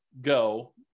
go